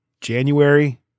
January